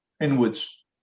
inwards